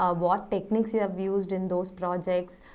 ah what techniques you have used in those projects,